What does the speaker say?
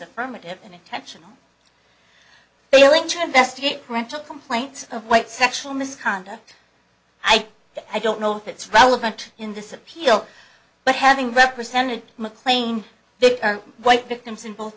affirmative and intentional healing to investigate parental complaints of white sexual misconduct i i don't know if it's relevant in this appeal but having represented mclean they are white victims in both